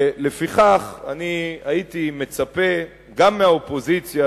לפיכך הייתי מצפה גם מהאופוזיציה,